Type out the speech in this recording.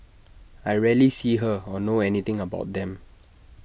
I rarely see her or know anything about them